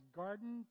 garden